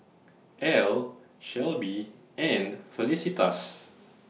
Al Shelby and Felicitas